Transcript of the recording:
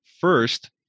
First